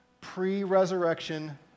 pre-resurrection